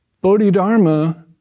Bodhidharma